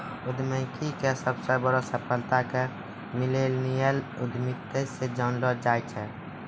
उद्यमीके सबसे बड़ो सफलता के मिल्लेनियल उद्यमिता से जानलो जाय छै